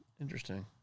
interesting